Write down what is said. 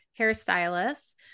hairstylists